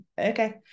okay